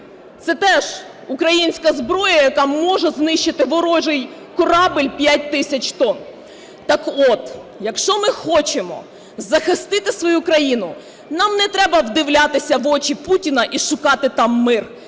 Це теж українська зброя, яка може знищити ворожий корабель в 5 тисяч тонн. Так от, якщо ми хочемо захистити свою країну, нам не треба вдивлятися в очі Путіна і шукати там мир.